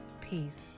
peace